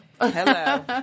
Hello